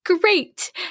great